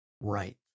right